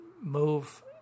move